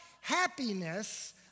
happiness